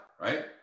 right